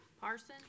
Parsons